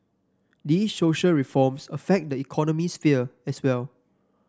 these social reforms affect the economics sphere as well